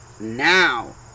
now